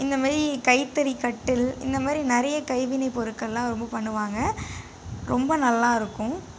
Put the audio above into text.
இந்த மாரி கைத்தறி கட்டில் இந்த மாதிரி நிறைய கைவினை பொருட்கள்லாம் ரொம்ப பண்ணுவாங்க ரொம்ப நல்லாயிருக்கும்